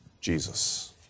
Jesus